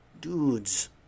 dudes